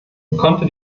konnte